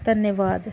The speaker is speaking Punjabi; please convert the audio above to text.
ਧੰਨਵਾਦ